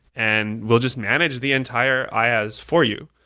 and we'll just manage the entire iaas for you,